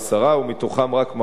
ומתוכם רק מחצית